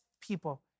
people